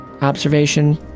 observation